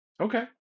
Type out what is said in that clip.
Okay